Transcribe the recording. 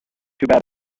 too